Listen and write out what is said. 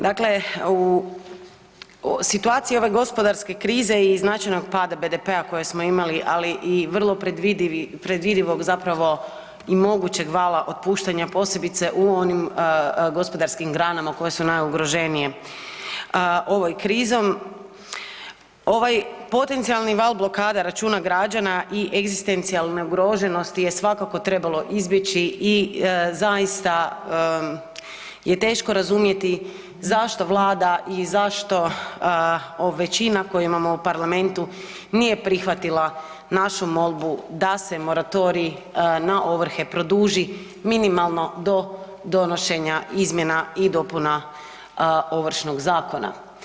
Dakle, u situaciji ove gospodarske krize i značajnog pada BDP-a koje smo imali, ali i vrlo predvidivog zapravo i mogućeg vala otpuštanja posebice u onim gospodarskim granama koje su najugroženije ovom krizom ovaj potencijalni val blokada računa građana i egzistencijalne ugroženosti je svakako trebalo izbjeći i zaista je teško razumjeti zašto Vlada zašto većina koju imamo u parlamentu nije prihvatila našu molbu da se moratorij na ovrhe produži minimalno do donošenja izmjena i dopuna Ovršnog zakona.